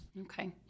Okay